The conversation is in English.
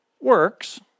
works